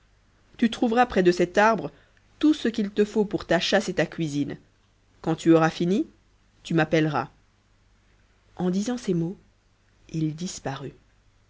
tu trouveras près de cet arbre tout ce qu'il te faut pour ta chasse et ta cuisine quand tu auras fini tu m'appelleras en disant ces mots il disparut